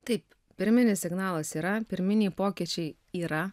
taip pirminis signalas yra pirminiai pokyčiai yra